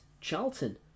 Charlton